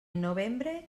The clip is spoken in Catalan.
novembre